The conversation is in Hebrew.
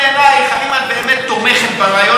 האם את באמת תומכת ברעיון הזה שישראל